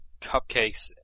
cupcakes